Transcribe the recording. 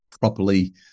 properly